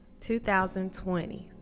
2020